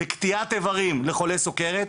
בקטיעת איברים לחולי סוכרת,